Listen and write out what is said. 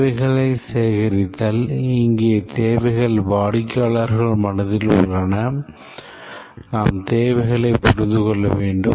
தேவைகள் சேகரித்தல் இங்கே தேவைகள் வாடிக்கையாளர்களின் மனதில் உள்ளன நாம் தேவைகளைப் புரிந்து கொள்ள வேண்டும்